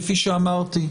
כפי שאמרתי,